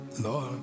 Lord